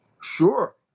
Sure